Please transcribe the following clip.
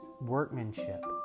workmanship